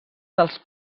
dels